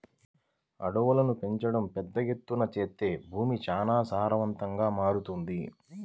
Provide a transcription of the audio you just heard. అడవులను పెంచడం బాద్దెతగా చేత్తే భూమి చానా సారవంతంగా మారతది